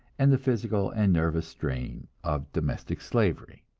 and the physical and nervous strain of domestic slavery.